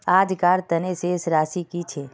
आजकार तने शेष राशि कि छे?